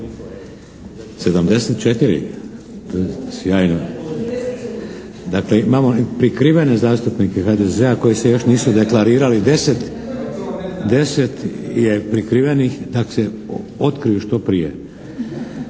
Dakle, imamo i prikrivene zastupnike koji se još nisu deklarirali. 10 je prikrivenih, tak se, otkriju što prije.